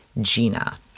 Gina